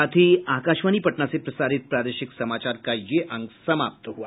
इसके साथ ही आकाशवाणी पटना से प्रसारित प्रादेशिक समाचार का ये अंक समाप्त हुआ